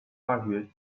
大学